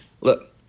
Look